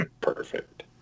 Perfect